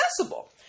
accessible